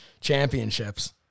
championships